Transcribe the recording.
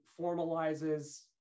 formalizes